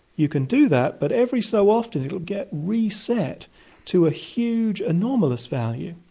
you can do that but every so often it will get reset to a huge anomalous value.